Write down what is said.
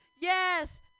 yes